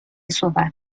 صحبت